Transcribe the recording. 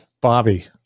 bobby